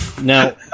Now